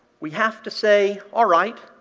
we have to say, all right.